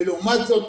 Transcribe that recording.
ולעומת זאת